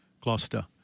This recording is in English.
Gloucester